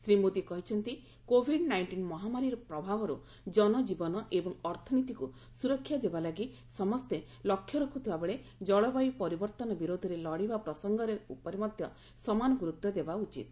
ଶ୍ରୀ ମୋଦି କହିଛନ୍ତି Covid nineteen ମହାମାରୀର ପ୍ରଭାବରୁ ଜନଟ୍ରୀବନ ଏବଂ ଅର୍ଥନୀତିକୁ ସୁରକ୍ଷା ଦେବାଲାଗି ସମସ୍ତେ ଲକ୍ଷ୍ୟ ରଖୁଥିବାବେଳେ ଜଳବାୟୁ ପରିବର୍ତ୍ତନ ବିରୋଧରେ ଲଢ଼ିବା ପ୍ରସଙ୍ଗ ଉପରେ ମଧ୍ୟ ସମାନ ଗୁରୁତ୍ୱ ଦେବା ଉଚିତ